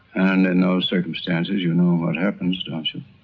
and in those circumstances you know what happens, don't